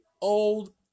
old